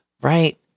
right